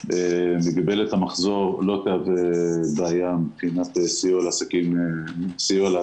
מגבלת המחזור לא תהווה בעיה מבחינת סיוע לעצמאים.